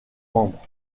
membres